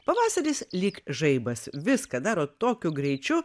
pavasaris lyg žaibas viską daro tokiu greičiu